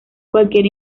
cualquier